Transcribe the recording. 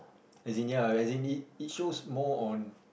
as in ya as in it it shows more on